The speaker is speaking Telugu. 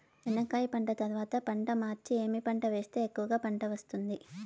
చెనక్కాయ పంట తర్వాత పంట మార్చి ఏమి పంట వేస్తే ఎక్కువగా పంట వస్తుంది?